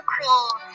Queen